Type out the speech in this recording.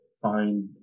Find